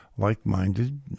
like-minded